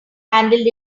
handled